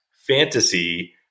fantasy